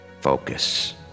focus